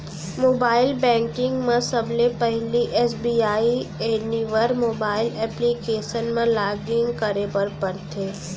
mobile banking म सबले पहिली एस.बी.आई एनिवर मोबाइल एप्लीकेसन म लॉगिन करे बर परथे